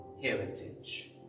heritage